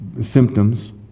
symptoms